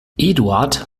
eduard